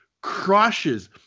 crushes